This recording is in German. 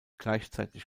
gleichzeitig